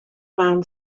man